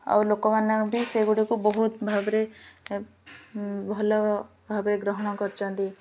ଆଉ ଲୋକମାନେ ବି ସେଗୁଡ଼ିକୁ ବହୁତ ଭାବରେ ଭଲ ଭାବରେ ଗ୍ରହଣ କରିଛନ୍ତି